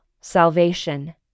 salvation